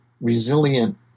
resilient